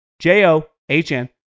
J-O-H-N